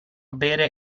bere